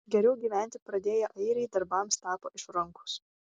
geriau gyventi pradėję airiai darbams tapo išrankūs